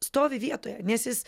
stovi vietoje nes jis